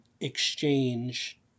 exchange